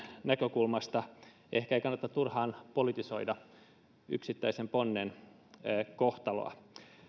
näkökulmasta ei ehkä kannata turhaan politisoida yksittäisen ponnen kohtaloa